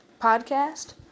podcast